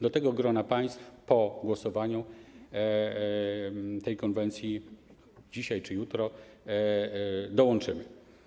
Do tego grona państw po głosowaniu nad tą konwencją dzisiaj czy jutro dołączymy.